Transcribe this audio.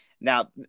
Now